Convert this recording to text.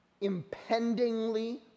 impendingly